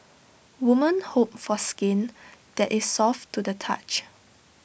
women hope for skin that is soft to the touch